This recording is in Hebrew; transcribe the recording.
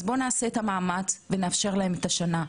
בואו נעשה את המאמץ ונאפשר להם את השנה.